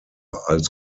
als